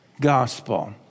gospel